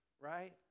right